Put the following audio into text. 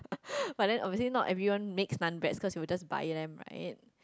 but then obviously not everyone makes naan bread because they would just buy them right